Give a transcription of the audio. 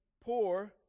poor